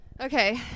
Okay